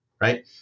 Right